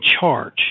charge